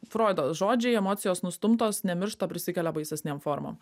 froido žodžiai emocijos nustumtos nemiršta prisikelia baisesnėm formom